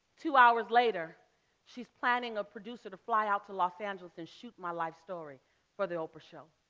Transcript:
two hours later she's planning a producer to fly out to los angeles and shoot my life story for the oprah show.